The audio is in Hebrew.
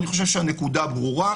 אני חושב שהנקודה ברורה.